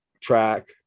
track